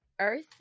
Earth